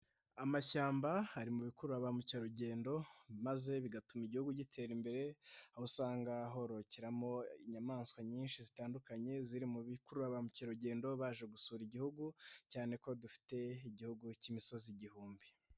Amashyamba ari mu bikurura ba mukerarugendo maze bigatuma igihugu gitera imbere, aho usanga horokeramo inyamaswa nyinshi zitandukanye ziri mu bikurura ba mukerarugendo baje gusura Igihugu, cyane ko dufite Igihugu cy'imisozi igihumbi.